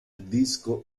disco